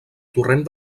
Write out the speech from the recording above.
torrent